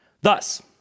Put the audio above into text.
Thus